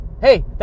Hey